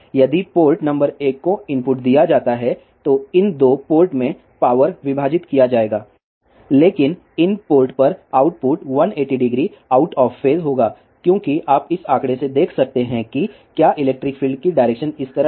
यदि port number 1 को input दिया जाता है तो इन 2 पोर्ट में पावर विभाजित किया जाएगा लेकिन इन पोर्ट पर आउटपुट 1800 आउट ऑफ फेज होगा क्योंकि आप इस आंकड़े से देख सकते हैं कि क्या इलेक्ट्रिक फील्ड की डायरेक्शन इस तरह है